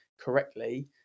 correctly